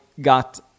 got